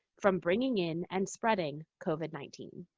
from bringing in and spreading covid nineteen.